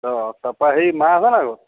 অঁ তাৰপৰা হেৰি মা আছে নাই ঘৰত